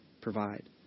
provide